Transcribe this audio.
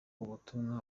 ubutumwa